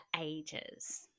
ages